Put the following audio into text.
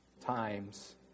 times